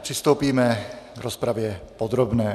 Přistoupíme k rozpravě podrobné.